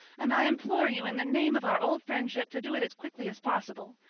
and i implore you in the name of our old friendship to do it as quickly as possible.